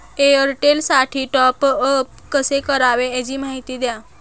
एअरटेलसाठी टॉपअप कसे करावे? याची माहिती द्या